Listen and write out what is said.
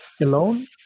alone